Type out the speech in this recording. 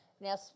now